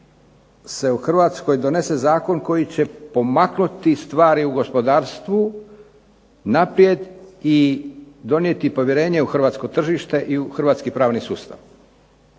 se u Hrvatskoj donese zakon koji će pomaknuti stvari u gospodarstvu naprijed i donijeti povjerenje u hrvatsko tržište i u hrvatski pravni sustav.